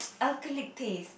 alkalic taste